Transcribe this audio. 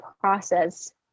process